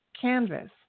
canvas